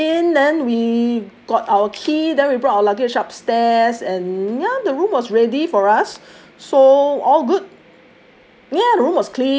quite fast we got in then we got our key then we brought our luggage upstairs and ya the room was ready for us so all good